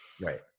right